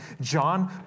John